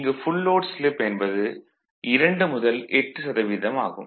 இங்கு full load slip என்பது 2 முதல் 8 சதவீதம் ஆகும்